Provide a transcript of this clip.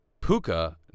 Puka